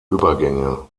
übergänge